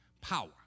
power